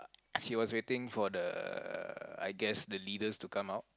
she was waiting for the uh I guess the leaders to come out